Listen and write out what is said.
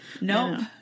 Nope